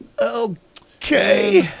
Okay